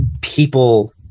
people